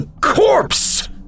Corpse